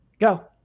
Go